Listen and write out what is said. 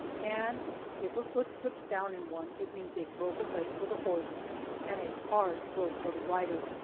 and if a foot slips down in one it means a broken leg for the horse and a hard throw for the rider,